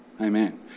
Amen